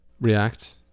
React